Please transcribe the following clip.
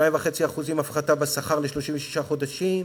2.5% הפחתה בשכר ל-36 חודשים,